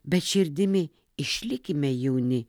bet širdimi išlikime jauni